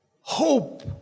hope